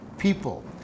people